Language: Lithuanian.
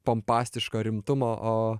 pompastiško rimtumo o